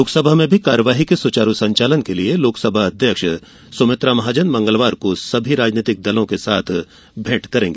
लोकसभा में भी कार्यवाही के सुचारू संचालन के लिए लोकसभा अध्यक्ष सुमित्रा महाजन मंगलवार को सभी राजनीतिक दलों के नेताओं से मुलाकात करेंगी